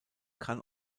kann